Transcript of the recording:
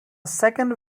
second